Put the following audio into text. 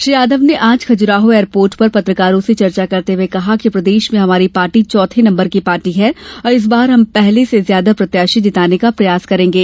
श्री यादव ने आज खजुराहो एयरपोर्ट पर पत्रकारों से चर्चा करते हुए केहा कि प्रदेश में हमारी पार्टी चौथे नंबर की पार्टी है और इस बार हम पहले से ज्यादा प्रत्याशी जिताने का प्रयास करेंगे